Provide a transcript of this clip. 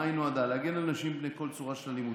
למה היא נועדה: להגן על נשים מפני כל צורה של אלימות,